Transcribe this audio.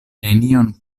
nenion